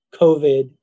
COVID